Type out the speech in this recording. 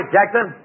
Jackson